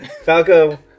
Falco